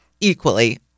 equally